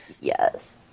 Yes